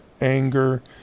anger